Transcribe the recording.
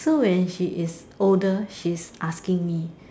so when she is older she is asking me